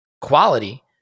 quality